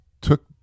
took